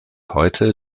heute